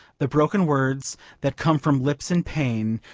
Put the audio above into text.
the broken words that come from lips in pain,